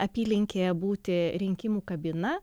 apylinkėje būti rinkimų kabina